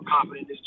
confident